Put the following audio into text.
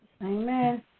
Amen